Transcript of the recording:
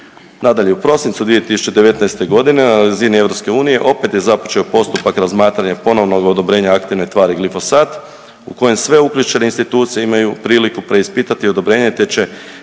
Nadalje, u prosincu 2019. godine na razini EU opet je započeo postupak razmatranja ponovnog odobrenja aktivne tvari glifosat u kojem sve uključene institucije imaju priliku preispitati odobrenje te